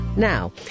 Now